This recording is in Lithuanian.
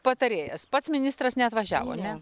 patarėjas pats ministras neatvažiavo ne